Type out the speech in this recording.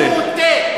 הסקר מוטה.